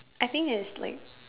I think it's like